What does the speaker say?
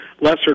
lesser